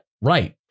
right